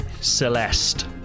Celeste